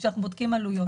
אנחנו בודקים עלויות.